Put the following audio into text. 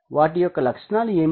వాటి యొక్క లక్షణాలు ఏమిటి